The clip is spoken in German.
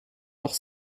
noch